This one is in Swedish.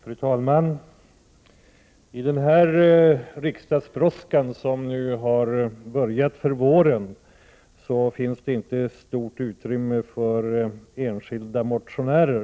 Fru talman! I den riksdagsbrådska som nu har börjat för våren finns det inte stort utrymme för enskilda motionärer.